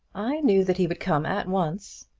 i knew that he would come at once.